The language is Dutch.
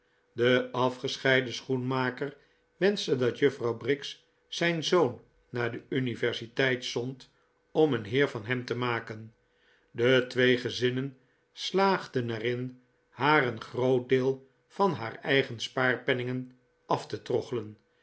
de afgescheiden schoenmaker wenschte dat juffrouw briggs zijn zoon naar de universiteit zond om een heer van hem te maken de twee gezinnen slaagden er in haar een groot deel van haar eigen spaarpenningen af te